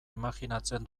imajinatzen